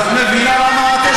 אז את מבינה למה את,